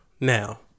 Now